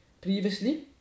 previously